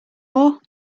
war